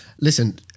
listen